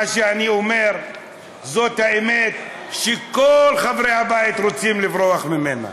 מה שאני אומר זאת האמת שכל חברי הבית רוצים לברוח ממנה.